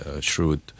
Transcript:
shrewd